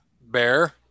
Bear